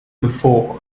before